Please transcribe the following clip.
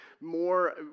more